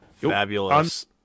Fabulous